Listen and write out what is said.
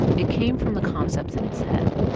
it came from the concepts in his head.